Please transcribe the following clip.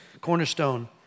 cornerstone